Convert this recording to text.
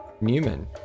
Newman